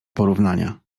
porównania